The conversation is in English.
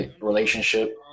relationship